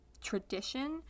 tradition